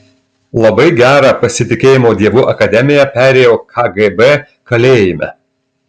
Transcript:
labai gerą pasitikėjimo dievu akademiją perėjau kgb kalėjime